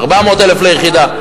על 400,000 ליחידה.